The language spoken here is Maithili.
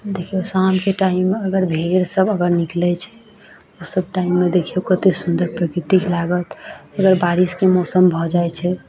देखियौ शामके टाइममे अगर भीड़ सब अगर निकलै छै ओसब टाइममे देखियौ कतेक सुन्दर प्रकृतिक लागत ओहिमे बारिशके मौसम भऽ जाइत छै